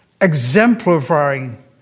exemplifying